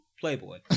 Playboy